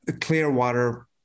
Clearwater